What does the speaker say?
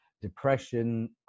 depression